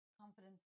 confidence